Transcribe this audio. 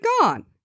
gone